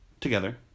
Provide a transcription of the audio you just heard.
together